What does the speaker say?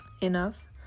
enough